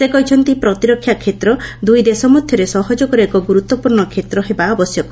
ସେ କହିଛନ୍ତି' ପ୍ରତିରକ୍ଷା କ୍ଷେତ୍ର ଦୁଇଦେଶ ମଧ୍ୟରେ ସହଯୋଗର ଏକ ଗୁରୁତ୍ୱପୂର୍ଣ୍ଣ କ୍ଷେତ୍ର ହେବା ଆବଶ୍ୟକ